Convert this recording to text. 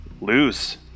lose